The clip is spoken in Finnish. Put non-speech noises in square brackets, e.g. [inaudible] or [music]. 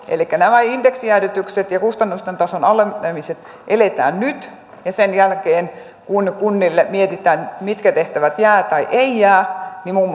elikkä nämä indeksijäädytykset ja kustannusten tason alenemiset eletään nyt ja sen jälkeen kun mietitään mitkä tehtävät jäävät tai eivät jää kunnille niin muun [unintelligible]